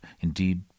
indeed